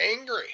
angry